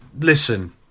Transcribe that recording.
listen